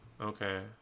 okay